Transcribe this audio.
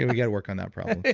we've got to work on that problem,